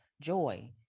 joy